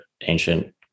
ancient